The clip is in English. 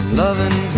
loving